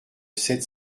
sept